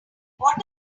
what